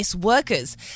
workers